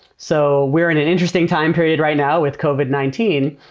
so we're in an interesting time period right now with covid nineteen,